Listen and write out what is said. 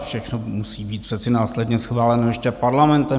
Všechno musí být přece následně schváleno ještě Parlamentem.